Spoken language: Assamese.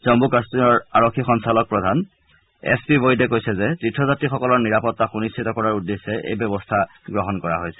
জম্মু কাশ্মীৰৰ আৰক্ষী সঞ্চালক প্ৰধান এচ পি ৱৈদে কৈছে যে তীৰ্থযাত্ৰীসকলৰ নিৰাপত্তা সুনিশ্চিত কৰাৰ উদ্দেশ্যে এই ব্যৱস্থা গ্ৰহণ কৰা হৈছে